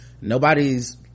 nobody's